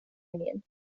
union